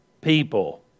people